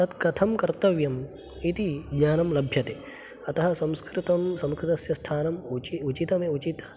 तत् कथं कर्तव्यम् इति ज्ञानं लभ्यते अतः संस्कृतं संस्कृतस्य स्थानम् उचि उचितमे उचित